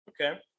Okay